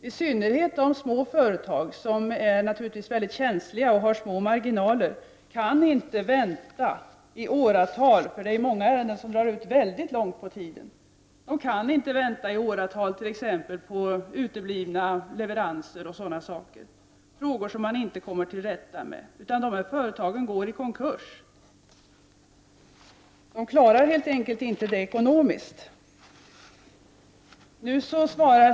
I synnerhet små företag är mycket känsliga och har små marginaler, och de kan inte vänta i åratal på uteblivna leveranser eller frågor som man inte kommer till rätta med, utan dessa företag går i konkurs. Det är många ärenden som drar ut mycket långt på tiden. De företagen klarar helt enkelt inte detta ekonomiskt.